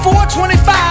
4:25